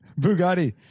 Bugatti